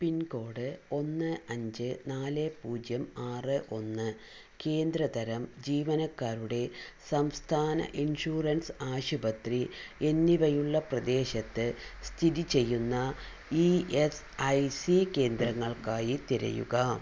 pincode ഒന്ന് അഞ്ച് നാല് പൂജ്യം ആറ് ഒന്ന് കേന്ദ്ര തരം ജീവനക്കാരുടെ സംസ്ഥാന ഇൻഷുറൻസ് ആശുപത്രി എന്നിവയുള്ള പ്രദേശത്ത് സ്ഥിതി ചെയ്യുന്ന ഇ എസ് ഐ സി കേന്ദ്രങ്ങൾക്കായി തിരയുക